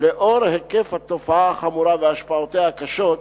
לאור היקף התופעה החמורה והשפעותיה הקשות,